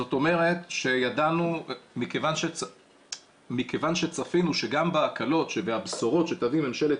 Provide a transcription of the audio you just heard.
זאת אומרת מכיוון שצפינו שגם בהקלות והבשורות שתביא ממשלת